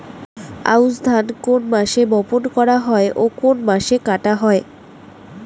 আউস ধান কোন মাসে বপন করা হয় ও কোন মাসে কাটা হয়?